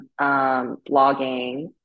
blogging